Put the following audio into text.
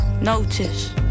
Notice